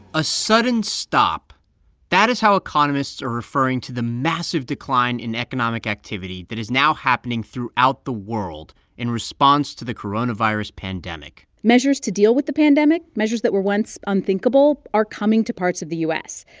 a sudden stop that is how economists are referring to the massive decline in economic activity that is now happening throughout the world in response to the coronavirus pandemic measures to deal with the pandemic, measures that were once unthinkable, are coming to parts of the u s.